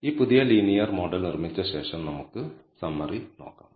ഈ പുതിയ linear model നിർമ്മിച്ച ശേഷം നമുക്ക് സമ്മറി നോക്കാം